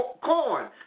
corn